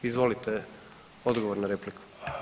Izvolite odgovor na repliku.